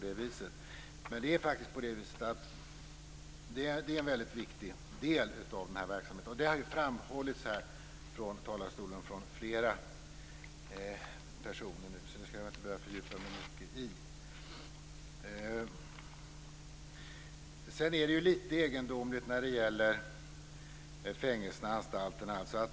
Det är en väldigt viktig del av verksamheten, något som har framhållits av flera personer tidigare i debatten och som jag därför inte behöver fördjupa mig i.